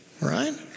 Right